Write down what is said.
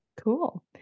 Cool